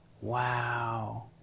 Wow